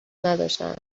نداشتهاند